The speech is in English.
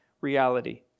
reality